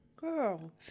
girl